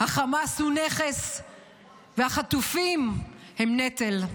חמאס הוא נכס והחטופים הם נטל.